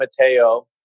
Mateo